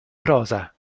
prosa